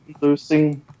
losing